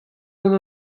gant